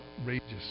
outrageous